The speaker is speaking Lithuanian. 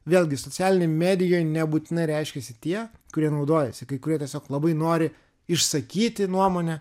vėlgi socialinėj medijoj nebūtinai reiškiasi tie kurie naudojasi kai kurie tiesiog labai nori išsakyti nuomonę